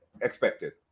expected